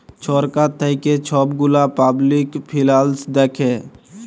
ছরকার থ্যাইকে ছব গুলা পাবলিক ফিল্যাল্স দ্যাখে